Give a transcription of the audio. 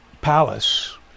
palace